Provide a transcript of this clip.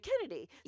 Kennedy